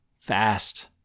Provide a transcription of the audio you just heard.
fast